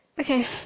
okay